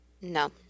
No